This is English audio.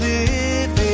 Living